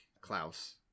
Klaus